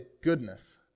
goodness